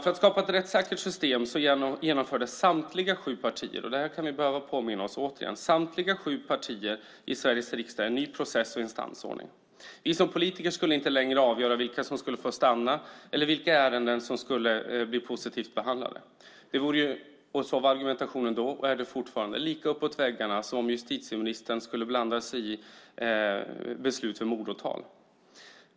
För att skapa ett rättssäkert system genomförde samtliga sju partier - det kan vi återigen behöva påminnas om - i Sveriges riksdag en ny process och instansordning. Vi som politiker skulle inte längre avgöra vilka som skulle få stanna eller vilka ärenden som skulle bli positivt behandlade. Så var argumentationen då och är det fortfarande. Det vore lika uppåt väggarna som om justitieministern skulle blanda sig i beslut vid mordåtal.